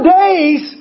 days